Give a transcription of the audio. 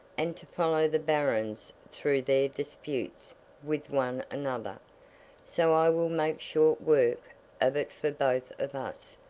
and to follow the barons through their disputes with one another so i will make short work of it for both of us,